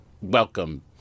welcome